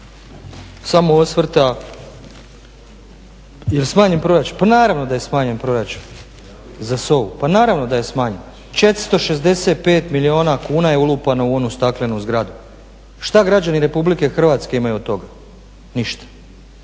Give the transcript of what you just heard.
samo osvrta. Je li smanjen proračun? Pa naravno da je smanjen proračun za SOA-u, pa naravno da je smanjen, 465 milijuna kuna je ulupano u onu staklenu zgradu. Šta građani Republike Hrvatske imaju od toga? Ništa.